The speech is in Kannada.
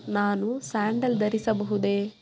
ನಾನು ಸ್ಯಾಂಡಲ್ ಧರಿಸಬಹುದೇ